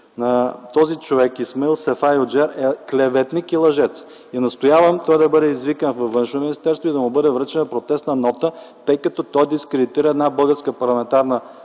този човек – Исмаил Сефа Юджеер, е клеветник и лъжец и настоявам той да бъде извикан във Външно министерство и да му бъде връчена протестна нота, тъй като той дискредитира една българска парламентарна